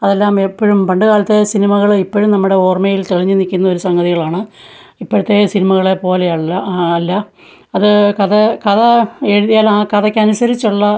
അതെല്ലാം എപ്പോഴും പണ്ടുകാലത്തെ സിനിമകള് ഇപ്പോഴും നമ്മുടെ ഓർമയിൽ തെളിഞ്ഞ് നില്ക്കുന്നൊരു സംഗതികളാണ് ഇപ്പോഴത്തെ സിനിമകളെപ്പോലെ അല്ലാ അല്ല അത് കഥ കഥ എഴുതിയാൽ ആ കഥയ്ക്കനുസരിച്ചുള്ള